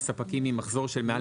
ספקים שמציגים מחזור הכנסות של מעל